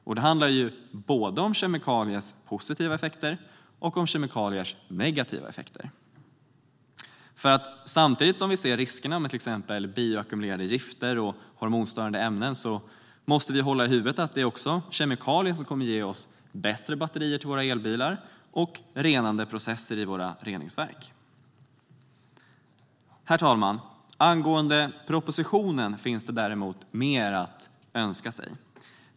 Det handlar både om kemikaliers positiva effekter och om kemikaliers negativa effekter. Samtidigt som vi ser riskerna med till exempel bioackumulerade gifter och hormonstörande ämnen måste vi hålla i huvudet att det också är kemikalier som kommer att ge oss bättre batterier till våra elbilar och renande processer i våra reningsverk. Herr talman! Angående propositionen finns det däremot mer att önska.